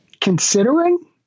Considering